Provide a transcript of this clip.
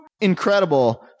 incredible